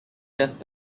death